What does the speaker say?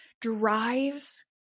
drives